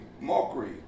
mockery